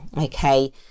okay